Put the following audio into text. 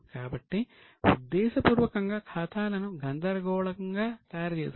కాబట్టి ఉద్దేశపూర్వకంగా ఖాతాలను గందరగోళంగా తయారుచేశారు